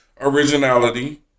Originality